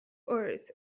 earth